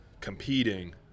competing –